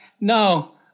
No